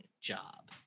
job